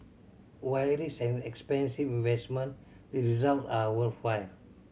while it is an expensive investment the results are worthwhile